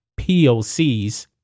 POCs